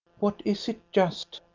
what is it, just?